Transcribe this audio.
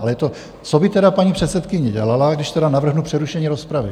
Ale co by tedy paní předsedkyně dělala, když tedy navrhnu přerušení rozpravy?